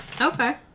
Okay